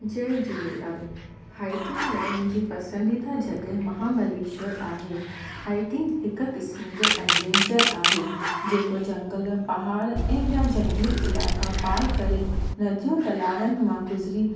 जय Jhulelal hiking लाइ मुंहिंजी पसंदिदा जॻह महाबलेश्वर आहे हाइकिंग हिकु क़िसम जो एडवैंचर आहे जेको झंगल पहाड़ ऐं ॿिया जंगली इलाइक़ा पार करे नदियूं तलाउनि मां गुज़री